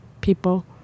people